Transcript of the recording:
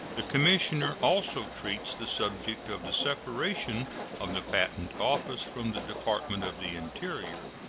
the commissioner also treats the subject of the separation of the patent office from the department of the interior.